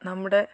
നമ്മുടെ